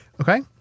Okay